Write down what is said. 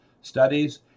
studies